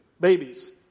babies